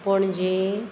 Panaji